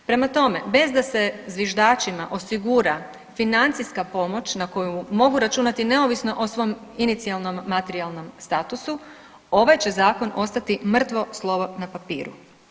Prema tome, bez da se zviždačima osigura financijska pomoć na koju mogu računati neovisno o svom inicijalnom materijalnom statusu, ovaj će Zakon ostati mrtvo slovo na papiru.